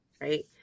right